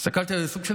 הסתכלתי על זה, סוג של